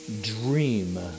Dream